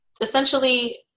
essentially